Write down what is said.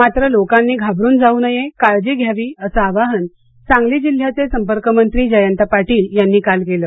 मात्र लोकांनी घाबरून जाऊ नये काळजी घ्यावी असं आवाहन सांगली जिल्ह्याचे संपर्कमंत्री जयंत पाटील यांनी काल केलं